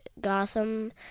Gotham